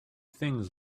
things